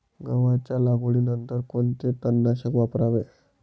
गव्हाच्या लागवडीनंतर कोणते तणनाशक वापरावे?